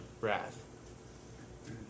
wrath